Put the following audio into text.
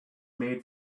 made